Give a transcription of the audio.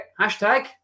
hashtag